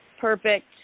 perfect